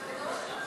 התשע"ו 2016,